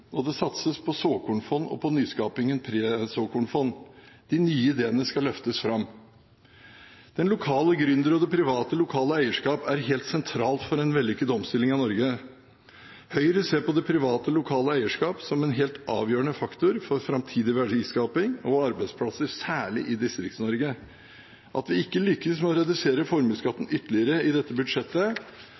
og det satses på såkornfond og på nyskapingen presåkornfond. De nye ideene skal løftes fram. Den lokale gründer og det private, lokale eierskap er helt sentralt for en vellykket omstilling av Norge. Høyre ser på det private, lokale eierskap som en helt avgjørende faktor for framtidig verdiskaping og arbeidsplasser, særlig i Distrikts-Norge. At vi ikke lyktes med å redusere formuesskatten ytterligere i dette budsjettet,